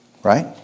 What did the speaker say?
Right